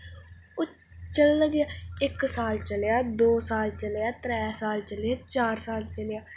चलन लग्गेआ इक्क साल चलेआ दौं साल चलेआ त्रैऽ साल चलेआ चार साल चलेआ